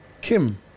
kim